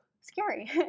scary